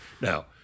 Now